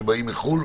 שבאים מחו"ל.